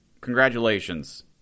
congratulations